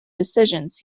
decisions